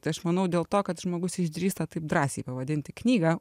tai aš manau dėl to kad žmogus išdrįsta taip drąsiai pavadinti knygą